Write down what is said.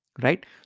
right